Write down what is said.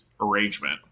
arrangement